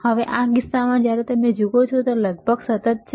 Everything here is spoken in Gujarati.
હવે આ કિસ્સામાં જ્યારે તમે જુઓ છો તે લગભગ સતત છે